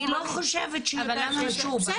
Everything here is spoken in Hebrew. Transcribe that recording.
אני לא חושבת שזה יותר חשוב.